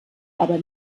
aber